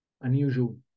unusual